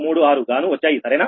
02436 గాను వచ్చాయి సరేనా